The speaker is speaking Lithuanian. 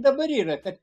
dabar yra ta